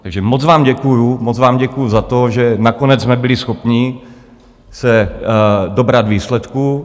Takže moc vám děkuji, moc vám děkuji za to, že nakonec jsme byli schopni se dobrat výsledku.